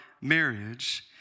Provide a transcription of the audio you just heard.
marriage